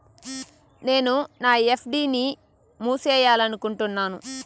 నేను నా ఎఫ్.డి ని మూసేయాలనుకుంటున్నాను